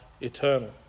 eternal